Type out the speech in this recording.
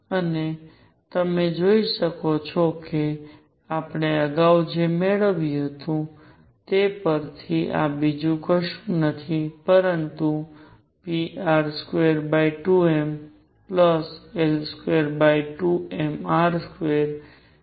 અને તમે જોઈ શકો છો કે અમે અગાઉ જે મેળવ્યું હતું તે પરથી આ બીજું કશું જ નથી પરંતુ તે pr22mL22mr2 kr ની બરાબર છે